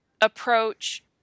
approach